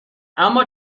اما